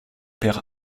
père